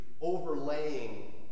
overlaying